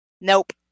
nope